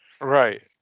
Right